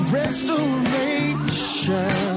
restoration